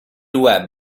web